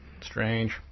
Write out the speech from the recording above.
Strange